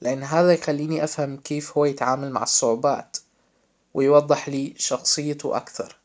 لإن هذا يخليني افهم كيف هو يتعامل مع الصعوبات ويوضح لي شخصيته اكتر